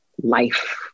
life